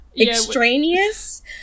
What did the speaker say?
extraneous